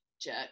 jerk